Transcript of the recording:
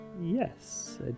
Yes